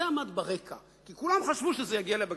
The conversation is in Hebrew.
זה עמד ברקע, כי כולם חשבו שזה יגיע לבג"ץ.